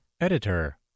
Editor